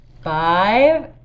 Five